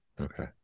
Okay